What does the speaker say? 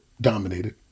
dominated